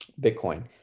Bitcoin